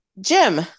Jim